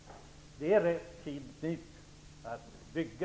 Nu är det rätt tid att bygga.